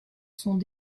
sont